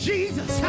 Jesus